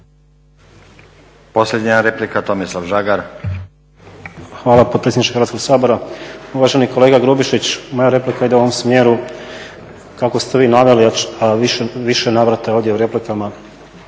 Hvala potpredsjedniče Hrvatskoga sabora. Uvaženi kolega Grubišić, moja replika ide u ovom smjeru kako ste vi naveli a u više navrata je ovdje u replikama